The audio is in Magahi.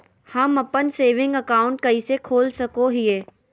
हम अप्पन सेविंग अकाउंट कइसे खोल सको हियै?